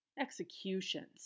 Executions